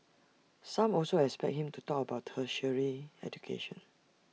some also expect him to talk about tertiary education